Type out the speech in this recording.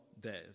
death